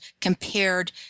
compared